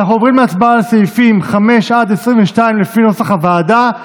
אנחנו עוברים להצבעה על סעיפים 5 22 לפי נוסח הוועדה.